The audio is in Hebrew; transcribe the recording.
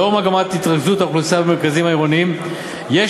לאור מגמת התרכזות האוכלוסייה במרכזים העירוניים יש